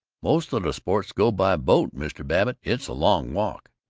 most of the sports go by boat, mr. babbitt. it's a long walk.